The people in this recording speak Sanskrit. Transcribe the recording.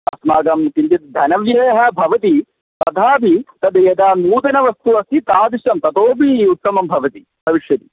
अस्माकं किञ्चित् धनव्ययः भवति तथापि तद् यदा नूतनवस्तु अस्ति तादृशं ततोपि उत्तमं भवति भविष्यति